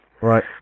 Right